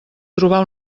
trobar